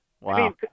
Wow